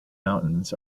mountains